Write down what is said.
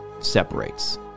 separates